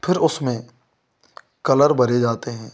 फ़िर उसमें कलर भरे जाते हैं